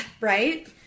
right